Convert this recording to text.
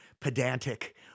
pedantic